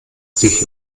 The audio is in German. sich